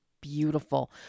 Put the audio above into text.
beautiful